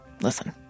listen